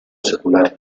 secular